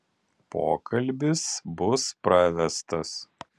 pokalbis bus pravestas